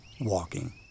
WALKING